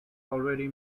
already